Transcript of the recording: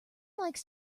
likes